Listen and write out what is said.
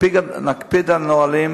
נקפיד על הנהלים.